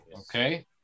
Okay